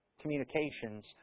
communications